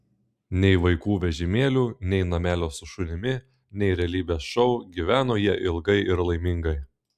nei vaikų vežimėlių nei namelio su šunimi nei realybės šou gyveno jie ilgai ir laimingai